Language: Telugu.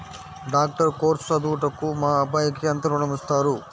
డాక్టర్ కోర్స్ చదువుటకు మా అబ్బాయికి ఎంత ఋణం ఇస్తారు?